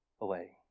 away